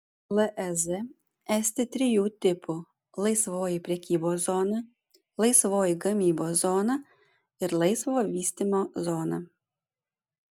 lez esti trijų tipų laisvoji prekybos zona laisvoji gamybos zona ir laisvo vystymo zona